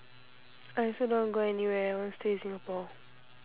I also don't want to go anywhere I want stay in singapore